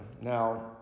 Now